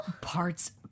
parts